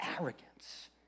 arrogance